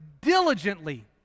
diligently